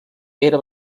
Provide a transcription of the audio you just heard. era